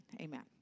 Amen